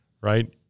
right